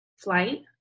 flight